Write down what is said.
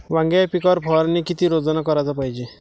वांग्याच्या पिकावर फवारनी किती रोजानं कराच पायजे?